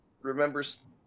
remembers